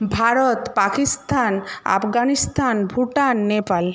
Bharat Pakistan Afghanistan Bhutan Nepal